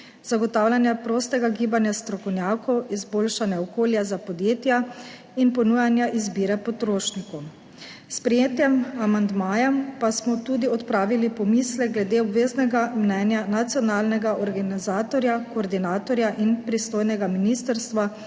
zagotavljanja prostega gibanja strokovnjakov, izboljšanja okolja za podjetja in ponujanja izbire potrošnikov. S sprejetim amandmajem pa smo tudi odpravili pomislek glede obveznega mnenja nacionalnega organizatorja, koordinatorja in pristojnega ministrstva